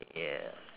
yeah